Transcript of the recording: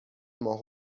ماه